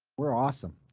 we're awesome,